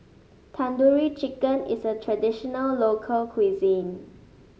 Tandoori Chicken is a traditional local cuisine